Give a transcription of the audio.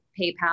PayPal